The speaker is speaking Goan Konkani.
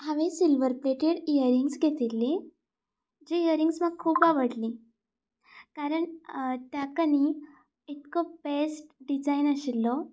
हांवें सिल्वरप्लेटेड इयरिंग्स घेतिल्ली तीं इयरिंग्स म्हाका खूब आवडली कारण ताका न्ही इतको बेस्ट डिझायन आशिल्लो